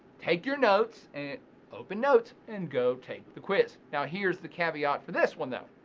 take your notes, and open note, and go take the quiz. now here's the caveat for this one, though.